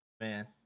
Man